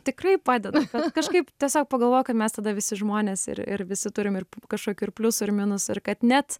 tikrai padeda kažkaip tiesiog pagalvojau kad mes tada visi žmonės ir ir visi turime ir kažkokių ir pliusų ir minusų ir kad net